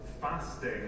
fasting